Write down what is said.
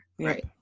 Right